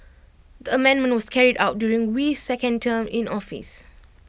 the amendment was carried out during Wee's second term in office